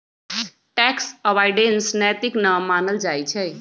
tax avoidance नैतिक न मानल जाइ छइ